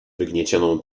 wygniecioną